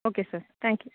okay sir thank you